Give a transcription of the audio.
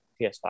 PS5